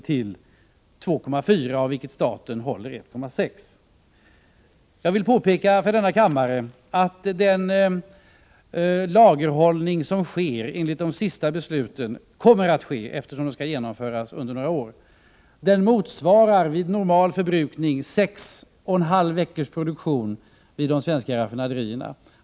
till 2,4, av vilka staten håller 1,6 miljoner. Jag vill påpeka för denna kammare att den lagerhållning som enligt de senaste besluten kommer att ske — den skall genomföras under en period av några år — vid normal förbrukning motsvarar 6,5 veckors produktion vid de svenska raffinaderierna.